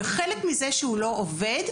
וחלק מזה שהוא לא עובד,